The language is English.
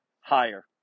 higher